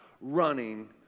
running